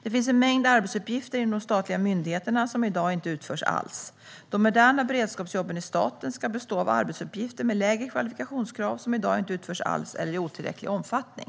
Det finns en mängd arbetsuppgifter inom de statliga myndigheterna som i dag inte utförs alls. De moderna beredskapsjobben i staten ska bestå av arbetsuppgifter med lägre kvalifikationskrav som i dag inte utförs alls eller i otillräcklig omfattning.